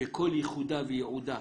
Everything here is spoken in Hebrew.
שכל ייחודה וייעודה,